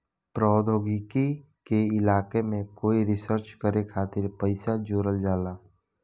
प्रौद्योगिकी के इलाका में कोई रिसर्च करे खातिर पइसा जोरल जाला